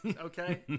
okay